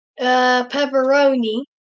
Pepperoni